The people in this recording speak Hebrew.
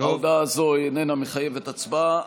ההודעה הזו אינה מחייבת הצבעה.